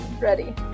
ready